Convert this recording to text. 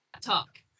Talk